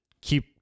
keep